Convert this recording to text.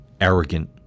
arrogant